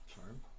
Charm